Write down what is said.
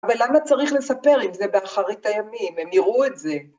אבל למה צריך לספר אם זה באחרית הימים? הם יראו את זה.